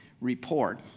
report